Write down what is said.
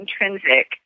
intrinsic